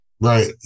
Right